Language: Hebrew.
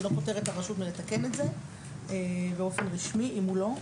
זה לא פוטר את הרשות מלתקן את זה באופן רשמי במידה והוא לא,